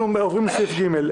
אנחנו עוברים לסעיף ג'.